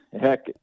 heck